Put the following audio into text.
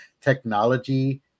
technology